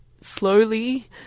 slowly